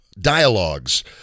Dialogues